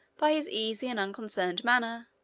by his easy and unconcerned manner,